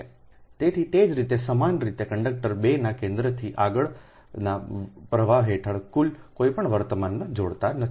બરાબર તેથી તે જ રીતે સમાન રીતે કંડક્ટર 2 ના કેન્દ્રથી આગળના પ્રવાહ હેઠળ કુલ કોઈપણ વર્તમાનને જોડતો નથી